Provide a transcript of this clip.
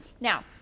now